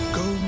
go